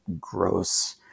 gross